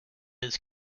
his